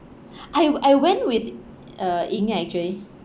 I w~ I went with uh actually